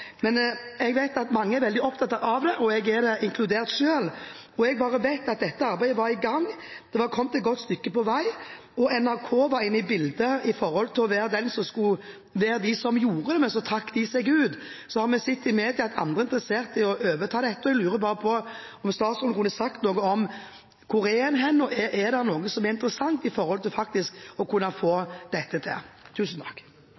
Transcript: men jeg vet at mange er opptatt av det, inkludert meg selv. Jeg vet bare at dette arbeidet var i gang, det var kommet et stykke på vei, og NRK var inne i bildet med tanke på å at det var de som skulle gjøre det, men så trakk de seg ut. Vi har sett i media at andre er interessert i å overta dette. Jeg lurer bare på om statsråden kunne sagt noe om hvor en er hen, og om det er noe som er interessant med tanke på faktisk å kunne få